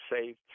safe